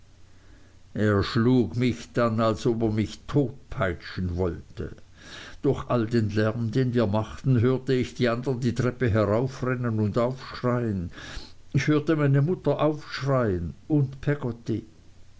er schlug mich dann als ob er mich totpeitschen wollte durch all den lärm den wir machten hörte ich die andern die treppe heraufrennen und aufschreien ich hörte meine mutter aufschreien und peggotty